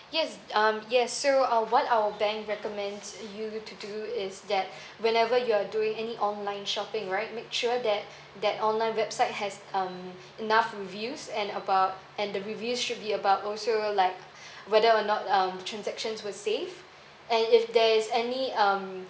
yes um yes so uh what our bank recommends you to do is that whenever you're doing any online shopping right make sure that that online website has um enough reviews and about and the review should be about also like whether or not um transactions were safe and if there is any um